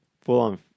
full-on